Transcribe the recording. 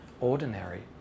ordinary